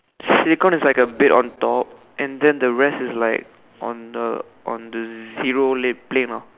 silicon is like a bit on top and the rest is like on the one the zero plane plane lah